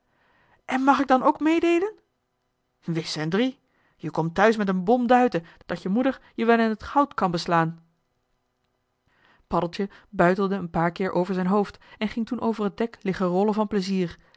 en mag ik dan ook meedeelen wis en drie je komt thuis met een bom duiten dat je moeder je wel in t goud kan beslaan joh h been paddeltje de scheepsjongen van michiel de ruijter paddeltje buitelde een paar keer over zijn hoofd en ging toen over t dek liggen rollen van plezier